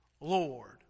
Lord